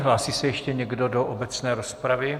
Hlásí se ještě někdo do obecné rozpravy?